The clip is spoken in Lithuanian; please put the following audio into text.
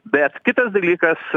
bet kitas dalykas